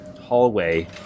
hallway